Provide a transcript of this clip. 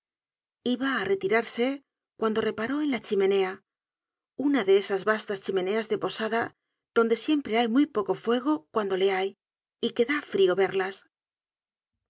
iba á retirarse cuando reparó en la chimenea una de esas vastas chimeneas de posada donde siempre hay muy poco fuego cuando le hay y que da frio verlas